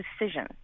decision